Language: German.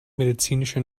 medizinische